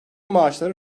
maaşları